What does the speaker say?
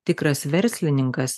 tikras verslininkas